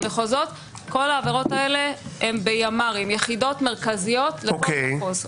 כל העבירות האלה הם בימ"רים יחידות מרכזיות לכל מחוז.